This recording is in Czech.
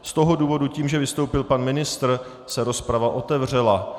Z toho důvodu tím, že vystoupil pan ministr, se rozprava otevřela.